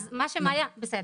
בסדר,